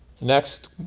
Next